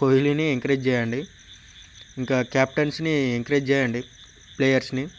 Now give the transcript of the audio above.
కోహ్లీని encourage చేయండి ఇంకా కెప్టెన్స్ని ఎంకరేజ్ చేయండి ప్లేయర్స్ని